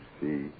see